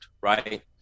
right